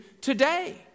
today